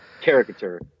caricature